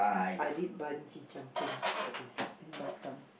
I did bungee jumping for this in Batam